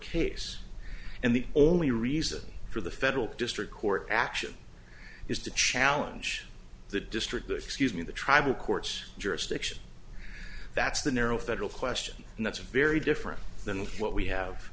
case and the only reason for the federal district court action is to challenge the district excuse me the tribal courts jurisdiction that's the narrow federal question and that's a very different than what we have